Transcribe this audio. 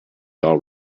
all